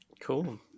Cool